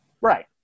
Right